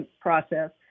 process